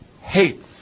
hates